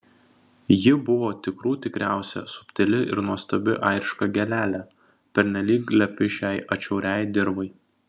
ji buvo tikrų tikriausia subtili ir nuostabi airiška gėlelė pernelyg lepi šiai atšiauriai dirvai